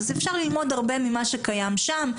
אפשר ללמוד הרבה ממה שקיים שם.